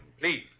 please